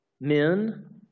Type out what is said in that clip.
men